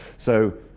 so,